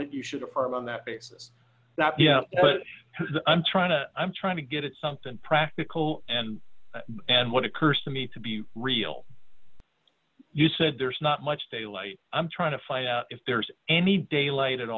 that you should affirm on that basis not but i'm trying to i'm trying to get something practical and and what occurs to me to be real you said there's not much daylight i'm trying to find out if there's any daylight at